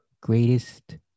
greatest